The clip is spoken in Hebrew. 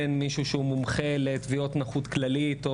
בין מישהו שהוא מומחה לתביעות נכות כללית,